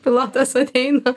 pilotas ateina